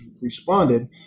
responded